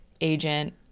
agent